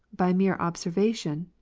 by mere observation,